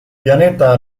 pianeta